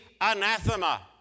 anathema